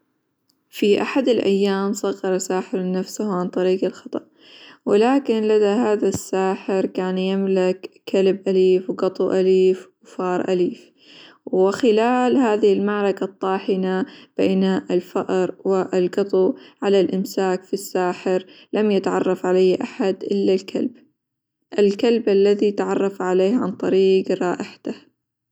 في أحد الأيام صغر ساحر نفسه عن طريق الخطأ، ولكن لدى هذا الساحر كان يملك كلب أليف، وقطو أليف، وفار أليف، وخلال هذه المعركة الطاحنة بين الفأر، والقطو على الإمساك في الساحر، لم يتعرف عليه أحد إلا الكلب، الكلب الذي تعرف عليه عن طريقة رائحته.